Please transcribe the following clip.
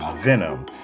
Venom